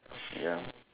ya